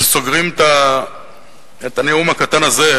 שסוגרים את הנאום הקטן הזה,